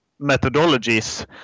methodologies